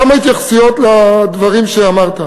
כמה התייחסויות לדברים שאמרת: